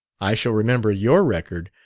i shall remember your record,